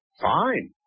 Fine